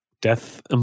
death